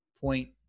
point